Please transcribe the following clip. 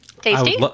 Tasty